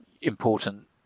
important